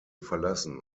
verlassen